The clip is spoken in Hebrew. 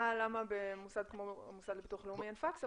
תהה למה במוסד כמו המוסד לביטוח לאומי אין פקס,